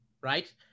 Right